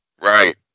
Right